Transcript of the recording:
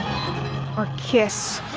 or kiss,